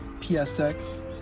P-S-X